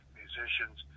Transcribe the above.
musicians